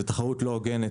זו תחרות לא הוגנת,